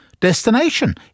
Destination